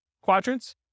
quadrants